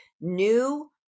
new